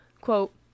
quote